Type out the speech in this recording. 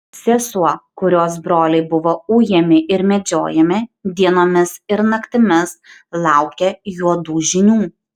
sesuo kurios broliai buvo ujami ir medžiojami dienomis ir naktimis laukė juodų žinių